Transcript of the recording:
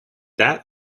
that